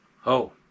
Ho